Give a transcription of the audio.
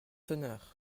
sonneurs